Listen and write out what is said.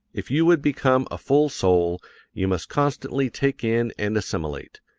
if you would become a full soul you must constantly take in and assimilate,